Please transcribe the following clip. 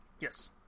yes